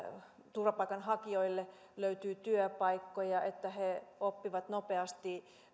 turvapaikanhakijoille löytyy työpaikkoja että he oppivat nopeasti